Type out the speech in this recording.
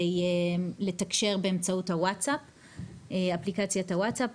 לתקשר באמצעות אפליקציית הוואטסאפ,